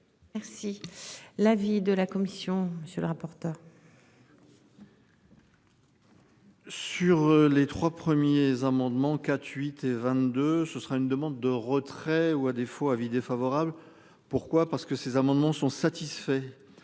Merci. L'avis de la commission. Monsieur le rapporteur. Sur les 3 premiers amendements 4 8 et 22, ce sera une demande de retrait ou à défaut avis défavorable. Pourquoi, parce que ces amendements sont satisfaits.